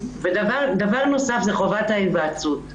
דבר נוסף הוא חובת ההיוועצות.